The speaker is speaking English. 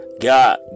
God